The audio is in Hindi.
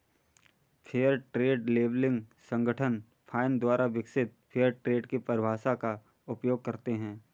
फेयर ट्रेड लेबलिंग संगठन फाइन द्वारा विकसित फेयर ट्रेड की परिभाषा का उपयोग करते हैं